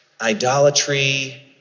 idolatry